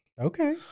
okay